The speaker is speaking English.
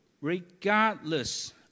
regardless